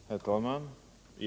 Herr talman!